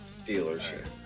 dealership